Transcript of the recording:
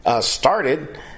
started